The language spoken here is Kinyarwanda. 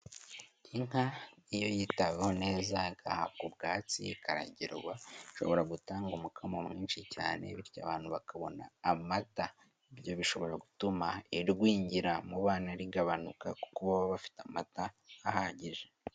Inka iyo yitaho neza igahabwa ubwatsi, ikaragirwa, ishobora gutanga umukamo mwinshi cyane bityo abantu bakabona amata. Ibyo bishobora gutuma irwingira mu bana rigabanuka kuko baba bafite amata ahagije.